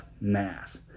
Mass